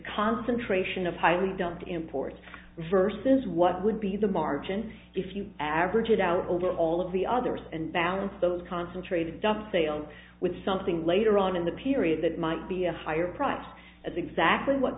concentration of highly dumped imports versus what would be the margin if you average it out over all of the others and balance those concentrated dovetailed with something later on in the period that might be a higher price as exactly what